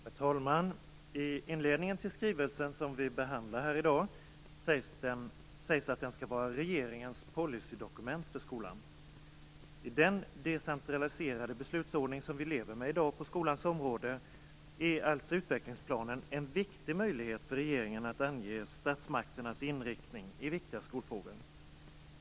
Herr talman! I inledningen i den skrivelse som vi i dag behandlar sägs det att skrivelsen skall vara regeringens policydokument för skolan. I den decentraliserade beslutsordning som vi i dag lever med på skolans område är alltså utvecklingsplanen en viktig möjlighet för regeringen att ange statsmakternas inriktning i viktiga skolfrågor.